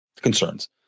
concerns